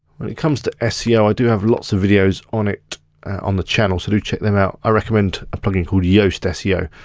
when it comes to seo, i do have lots of videos on it on the channel, so do check them out. i recommend a plugin called yoast seo.